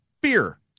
Beer